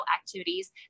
activities